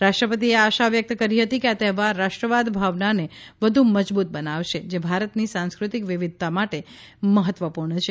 રાષ્ટ્રપતિએ આશા વ્યક્ત કરી હતી કે આ તહેવાર રાષ્ટ્રવાદ ભાવનાને વધુ મજબૂત બનાવશે જે ભારતની સાંસ્કૃતિક વિવિધતા માટે મહત્વપૂર્ણ છે